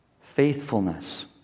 Faithfulness